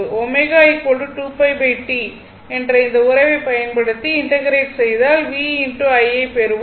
ω 2π T என்ற இந்த உறவைப் பயன்படுத்தி இன்டெகிரெட் செய்தால் V I ஐப் பெறுவோம்